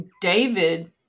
David